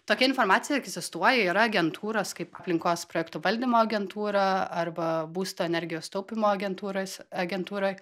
tokia informacija egzistuoja yra agentūros kaip aplinkos projektų valdymo agentūra arba būsto energijos taupymo agentūros agentūra